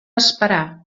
esperar